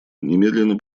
немедленно